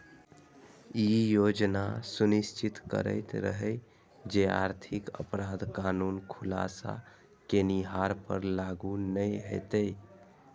ई योजना सुनिश्चित करैत रहै जे आर्थिक अपराध कानून खुलासा केनिहार पर लागू नै हेतै